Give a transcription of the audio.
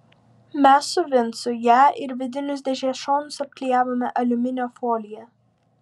mes su vincu ją ir vidinius dėžės šonus apklijavome aliuminio folija